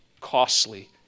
costly